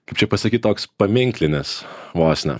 kaip čia pasakyt toks paminklinis vos ne